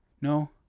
No